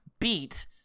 Beat